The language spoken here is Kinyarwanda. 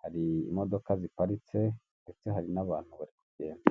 hari imodoka ziparitse ndetse hari n'abantu bari kugenda.